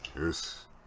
yes